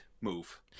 move